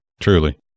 Truly